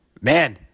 man